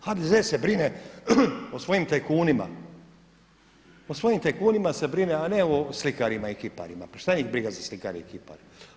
HDZ se brine o svojim tajkunima, o svojim tajkunima se brine a ne o slikarima i kiparima, pa šta njih briga za slikare i kipare.